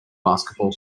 basketball